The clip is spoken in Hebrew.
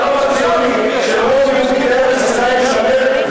אני רוצה שהחלום הציוני של רוב יהודי בארץ ישראל יישמר,